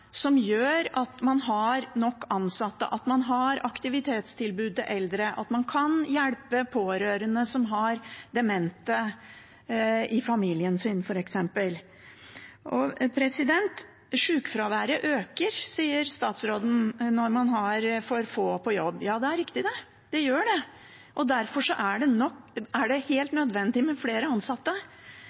som gjør at man har nok ansatte, at man har aktivitetstilbud til eldre, og at man kan hjelpe pårørende som har demente i familien sin, f.eks. Sykefraværet øker når man har for få på jobb, sier statsråden. Ja, det er riktig, det gjør det. Derfor er det helt nødvendig med flere ansatte.